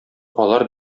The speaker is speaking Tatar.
алар